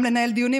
לנהל דיונים,